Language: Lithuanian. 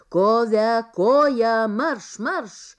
kove koja marš marš